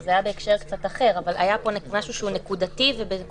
שזה היה בהקשר קצת אחר אבל היה פה משהו נקודתי ובנקודת